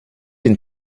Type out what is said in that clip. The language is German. den